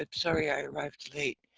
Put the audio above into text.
ah sorry i arrived late.